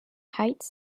heights